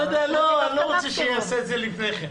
אני לא רוצה שיעשה שאת זה לפני כן.